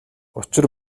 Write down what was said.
учир